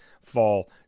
fall